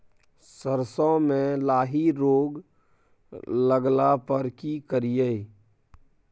सरसो मे लाही रोग लगला पर की करिये?